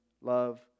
love